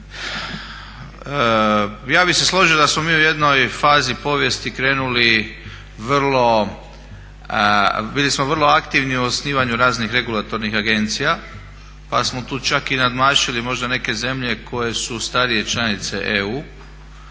Ja bih se složio da smo mi u jednoj fazi povijesti krenuli vrlo, bili smo vrlo aktivni u osnivanju raznih regulatornih agencija, pa smo tu čak i nadmašili možda neke zemlje koje su starije članice EU.